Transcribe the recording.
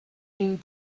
need